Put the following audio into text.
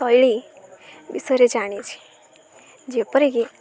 ଶୈଳୀ ବିଷୟରେ ଜାଣିଛି ଯେପରିକି